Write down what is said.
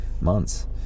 months